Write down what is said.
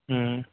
ہوں